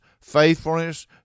faithfulness